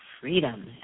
freedom